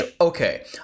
okay